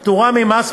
פטורה ממס,